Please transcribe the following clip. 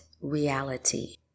reality